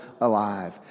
alive